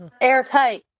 Airtight